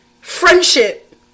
friendship